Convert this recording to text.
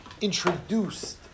introduced